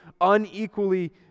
unequally